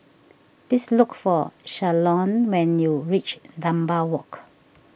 please look for Shalon when you reach Dunbar Walk